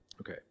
Okay